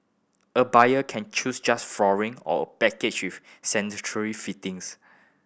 a buyer can choose just flooring or a package with sanitary fittings